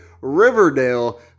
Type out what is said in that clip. Riverdale